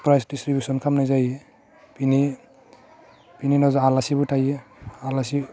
price distribution खामनाय जायो बिनि बिनि उनाव जोहा आलासिबो थायो आलासि